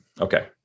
Okay